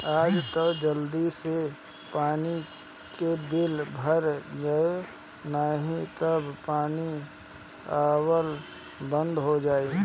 आज तअ जल्दी से पानी के बिल भर दअ नाही तअ पानी आवल बंद हो जाई